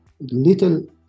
little